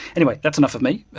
anyway, that's enough of me.